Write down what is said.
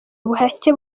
ubuhake